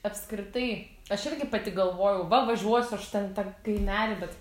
apskritai aš irgi pati galvojau va važiuosiu aš ten į tą kaimelį bet